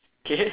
K